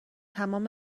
تمام